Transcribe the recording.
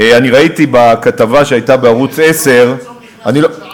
ראיתי בכתבה שהייתה בערוץ 10, הצום נכנס עוד שעה.